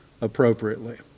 appropriately